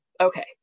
Okay